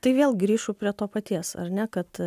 tai vėl grįšu prie to paties ar ne kad